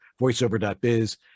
voiceover.biz